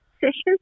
sessions